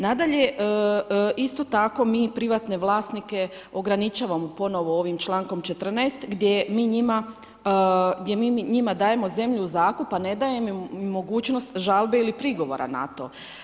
Nadalje, isto tako mi privatne vlasnike ograničavamo ponovno ovim člankom 14. gdje mi njima dajemo zemlju u zakup, a ne dajemo mu mogućnost žalbe ili prigovora na to.